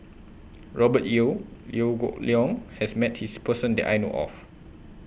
Robert Yeo Liew Geok Leong has Met This Person that I know of